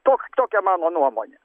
toks tokia mano nuomonė